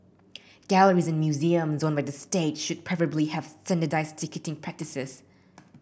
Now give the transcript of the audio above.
galleries and museums owned by state should preferably have standardised ticketing practices